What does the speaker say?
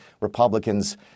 Republicans